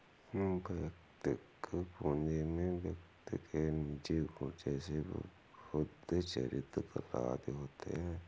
वैयक्तिक पूंजी में व्यक्ति के निजी गुण जैसे बुद्धि, चरित्र, कला आदि होते हैं